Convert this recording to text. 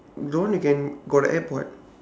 that one you can got app [what]